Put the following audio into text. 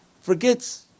forgets